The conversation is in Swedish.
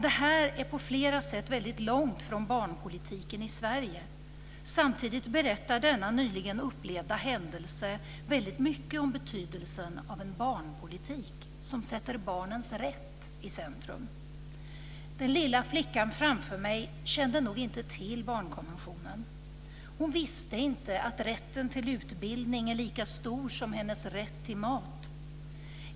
Det här är på flera sätt väldigt långt från barnpolitiken i Sverige. Samtidigt säger denna nyligen upplevda händelse väldigt mycket om betydelsen av en barnpolitik som sätter barnens rätt i centrum. Den lilla flickan framför mig kände nog inte till barnkonventionen. Hon visste inte att rätten till utbildning är lika stor som hennes rätt till mat.